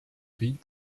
pays